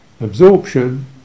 absorption